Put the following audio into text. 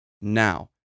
Now